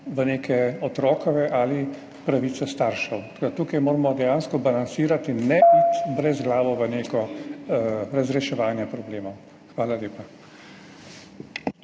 v neke otrokove ali pravice staršev. Tako da tukaj moramo dejansko balansirati in ne iti brezglavo v neko razreševanje problemov. Hvala lepa.